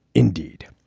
indeed,